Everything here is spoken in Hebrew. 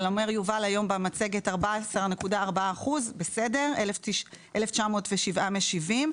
אבל אומר יובל היום במצגת 14.4% - 1,907 משיבים,